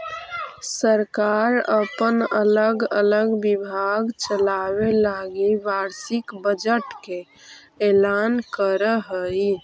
सरकार अपन अलग अलग विभाग चलावे लगी वार्षिक बजट के ऐलान करऽ हई